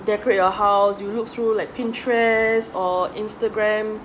decorate your house you look through like pinterest or instagram